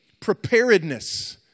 Preparedness